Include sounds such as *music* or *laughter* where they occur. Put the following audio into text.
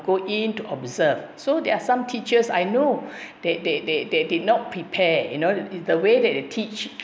go in to observe so there are some teachers I know *breath* they they they they did not prepare you know that it's the way that they teach